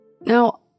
Now